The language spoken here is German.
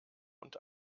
und